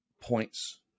points